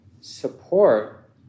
support